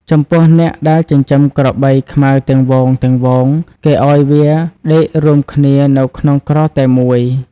ចំពោះអ្នកដែលចិញ្ចឹមក្របីខ្មៅទាំងហ្វូងៗ គេឱ្យវាដេករួមគ្នានៅក្នុងក្រោលតែមួយ។